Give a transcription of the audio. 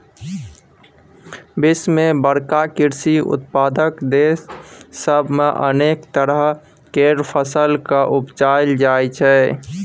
विश्व के बड़का कृषि उत्पादक देस सब मे अनेक तरह केर फसल केँ उपजाएल जाइ छै